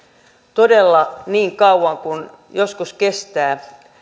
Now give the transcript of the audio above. todella kestäisi niin kauan kuin joskus kestävät